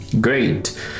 Great